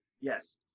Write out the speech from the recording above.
yes